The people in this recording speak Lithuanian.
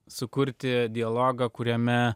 sukurti dialogą kuriame